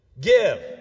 Give